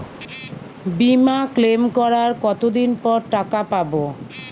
বিমা ক্লেম করার কতদিন পর টাকা পাব?